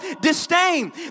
disdain